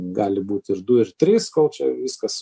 gali būt ir du ir trys kol čia viskas